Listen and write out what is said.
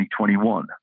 2021